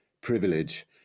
privilege